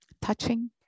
touching